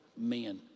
men